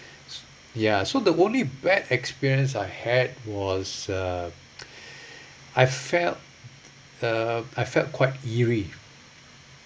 ya so the only bad experience I had was uh I felt uh I felt quite eerie